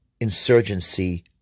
insurgency